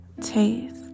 Taste